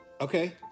Okay